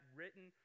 written